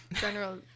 general